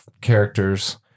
characters